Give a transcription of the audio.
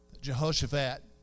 Jehoshaphat